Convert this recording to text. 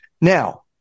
Now